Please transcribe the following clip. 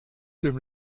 dem